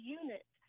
unit